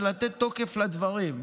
זה לתת תוקף לדברים.